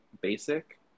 basic